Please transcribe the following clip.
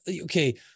okay